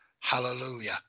Hallelujah